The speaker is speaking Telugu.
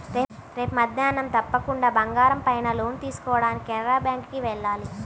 రేపు మద్దేన్నం తప్పకుండా బంగారం పైన లోన్ తీసుకోడానికి కెనరా బ్యేంకుకి వెళ్ళాలి